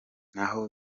naho